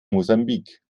mosambik